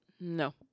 No